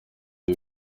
ibi